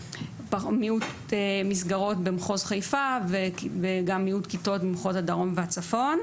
מיעוט של מסגרות במחוז חיפה וגם מיעוט כיתות במחוז הדרום והצפון.